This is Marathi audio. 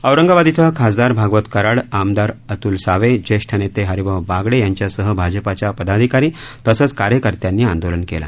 औरंगाबाद इथं खासदार भागवत कराड आमदार अतूल सावे ज्येष्ठ नेते हरिभाऊ बागडे यांच्यासह भाजपच्या पदाधिकारी तसंच कार्यकर्त्यांनी आंदोलन केलं